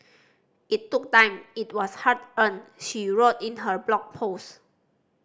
it took time it was hard earned she wrote in her blog post